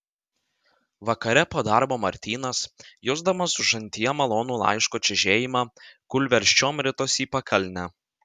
vakare po darbo martynas jusdamas užantyje malonų laiško čežėjimą kūlversčiom ritosi į pakalnę